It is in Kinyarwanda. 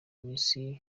minsi